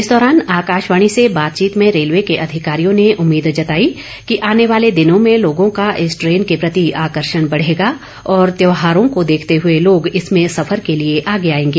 इस दौरान आकाशवाणी से बातचीत में रेलवे के अधिकारियों ने उम्मीद जताई कि आने वाले दिनों में लोगों का इस ट्रेन के प्रति आकर्षण बढ़ेगा और त्यौहारों को देखते हुए लोग इसमें सफर के लिए आगे आएंगे